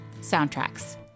soundtracks